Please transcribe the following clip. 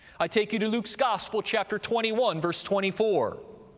i take you to luke's gospel, chapter twenty one, verse twenty four,